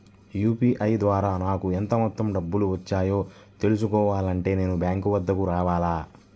UPI ద్వారా నాకు ఎంత మొత్తం డబ్బులు వచ్చాయో తెలుసుకోవాలి అంటే నేను బ్యాంక్ వద్దకు రావాలా?